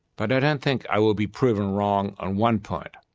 but i don't think i will be proven wrong on one point.